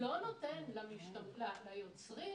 מבקשת להעלות כל דבר שהיא רוצה,